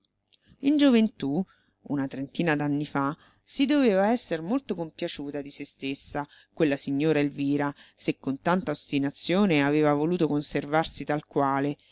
in gioventù una trentina d'anni fa si doveva esser molto compiaciuta di se stessa quella signora elvira se con tanta ostinazione aveva voluto conservarsi tal quale